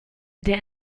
der